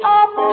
up